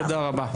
תודה רבה.